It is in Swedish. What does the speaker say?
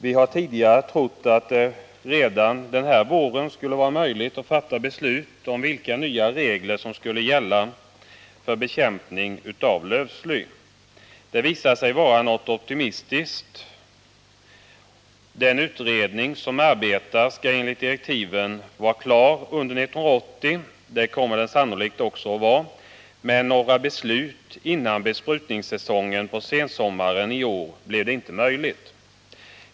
Vi har tidigare trott att det redan den här våren skulle vara möjligt att fatta beslut om vilka nya regler som skulle gälla för bekämpning av lövsly. Det visade sig vara något optimistiskt. Den utredning som arbetar skall enligt direktiven vara klar under 1980. Det kommer den sannolikt också att vara, men några beslut före besprutningssäsongen på sensommaren i år kan inte fattas.